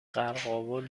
قرقاول